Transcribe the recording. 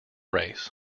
race